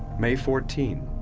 may fourteen,